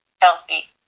healthy